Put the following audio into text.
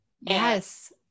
Yes